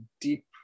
deep